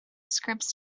scripts